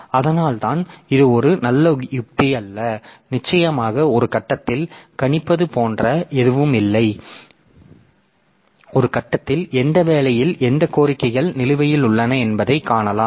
எனவே அதனால்தான் இது ஒரு நல்ல உத்தி அல்ல நிச்சயமாக ஒரு கட்டத்தில் கணிப்பது போன்ற எதுவும் இல்லை ஒரு கட்டத்தில் எந்த வேலையில் எந்த கோரிக்கைகள் நிலுவையில் உள்ளன என்பதை காணலாம்